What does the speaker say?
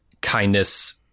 kindness